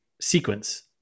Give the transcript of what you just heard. sequence